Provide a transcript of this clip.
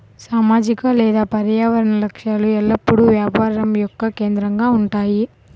సామాజిక లేదా పర్యావరణ లక్ష్యాలు ఎల్లప్పుడూ వ్యాపారం యొక్క కేంద్రంగా ఉంటాయి